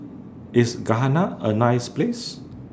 IS Ghana A nice Place